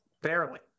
Barely